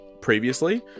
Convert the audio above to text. previously